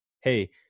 Hey